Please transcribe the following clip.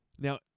Now